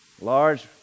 large